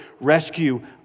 rescue